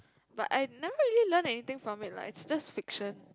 but I never really learn anything from it lah it's just fiction